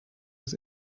his